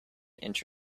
inch